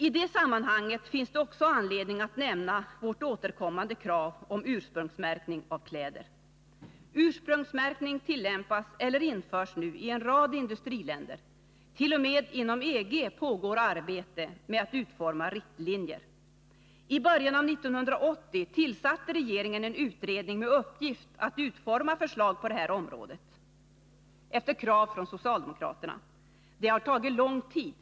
I det sammanhanget finns det också anledning att nämna vårt återkommande krav på ursprungsmärkning av kläder. Ursprungsmärkning tillämpas eller införs nu i en rad industriländer. T. o. m. inom EG pågår arbete med att utforma riktlinjer. I början av 1980 tillsatte regeringen en utredning med uppgift att utforma förslag på detta område, efter krav från socialdemokraterna. Det arbetet har tagit lång tid.